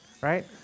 right